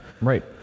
Right